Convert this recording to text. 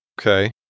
Okay